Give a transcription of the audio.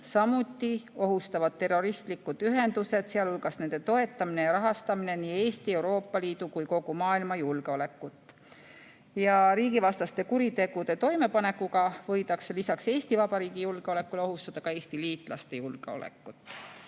samuti ohustavad terroristlikud ühendused, sealhulgas nende toetamine ja rahastamine nii Eesti, Euroopa Liidu kui ka kogu maailma julgeolekut. Riigivastaste kuritegude toimepanekuga võidakse lisaks Eesti Vabariigi julgeolekule ohustada ka Eesti liitlaste julgeolekut.